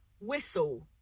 whistle